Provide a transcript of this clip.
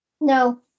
No